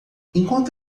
enquanto